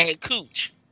cooch